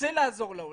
רוצה לעזור לעולים,